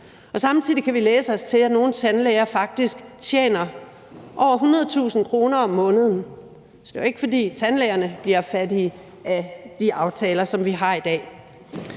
Samtidig kan vi læse os til, at nogle tandlæger faktisk tjener over 100.000 kr. om måneden, så det er jo ikke, fordi tandlægerne bliver fattige af de aftaler, som vi har i dag.